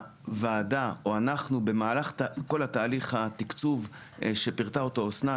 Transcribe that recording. שאולי טעינו במהלך כל התהליך התקצוב שפירטה אסנת,